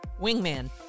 wingman